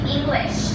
English